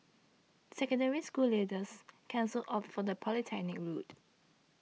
Secondary School leavers can also opt for the polytechnic route